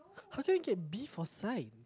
how can you get B for science